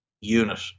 unit